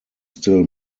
still